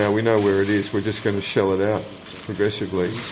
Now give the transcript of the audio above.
yeah we know where it is, we're just going to shell it out progressively.